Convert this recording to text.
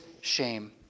shame